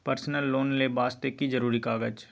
Personal loan ले वास्ते की जरुरी कागज?